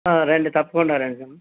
రండి తప్పకుండా రండి